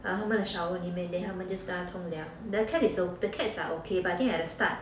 err 他们的 shower 里面 then 他们 just 跟他冲凉 the cats is so the cats are okay but I think at the start